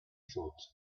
thought